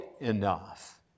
enough